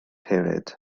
hefyd